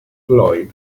lloyd